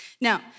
Now